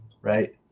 right